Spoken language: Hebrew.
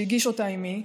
שהגיש אותה עימי,